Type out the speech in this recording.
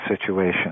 situation